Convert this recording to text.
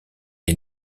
est